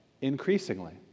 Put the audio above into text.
increasingly